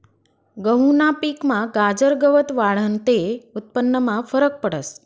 गहूना पिकमा गाजर गवत वाढनं ते उत्पन्नमा फरक पडस